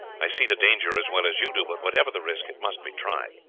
i see the danger as well as you do, but whatever the risk it must be tried.